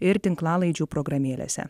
ir tinklalaidžių programėlėse